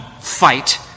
fight